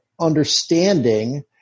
understanding